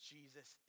Jesus